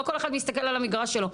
לא כל אחד מסתכל על המגרש שלו,